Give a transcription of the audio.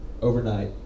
overnight